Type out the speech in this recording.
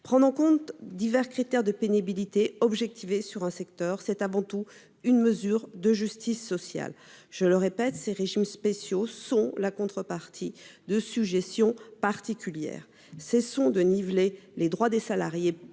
Prendre en compte divers critères de pénibilité et les objectiver, c'est avant tout une mesure de justice sociale. Je le répète, ces régimes spéciaux sont la contrepartie de sujétions particulières. Cessons de niveler les droits des salariés